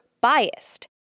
biased